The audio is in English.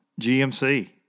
GMC